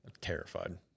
Terrified